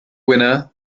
winner